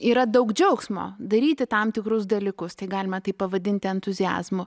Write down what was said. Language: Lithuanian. yra daug džiaugsmo daryti tam tikrus dalykus tai galima taip pavadinti entuziazmu